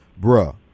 bruh